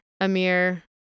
Amir